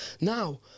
Now